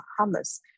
hummus